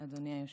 אדוני היושב-ראש.